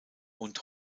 und